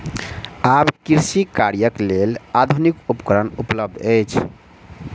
आब कृषि कार्यक लेल आधुनिक उपकरण उपलब्ध अछि